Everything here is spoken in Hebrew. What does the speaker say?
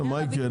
ומה יקרה?